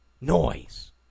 noise